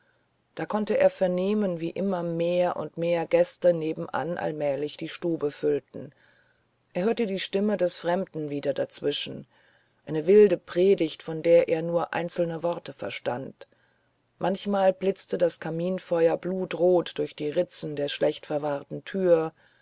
da konnte er vernehmen wie immer mehr und mehr gäste nebenan allmählich die stube füllten er hörte die stimme des fremden wieder dazwischen eine wilde predigt von der er nur einzelne worte verstand manchmal blitzte das kaminfeuer blutrot durch die ritzen der schlechtverwahrten tür